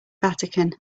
vatican